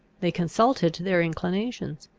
they consulted their inclinations.